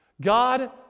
God